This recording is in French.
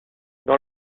dans